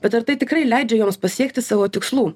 bet ar tai tikrai leidžia joms pasiekti savo tikslų